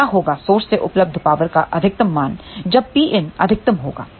तोक्या होगा स्रोत से उपलब्ध पावर का अधिकतम मान जब Pin अधिकतम होगा